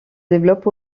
développe